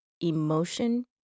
emotion